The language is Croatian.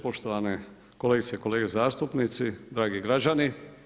Poštovane kolegice i kolege zastupnici, dragi građani.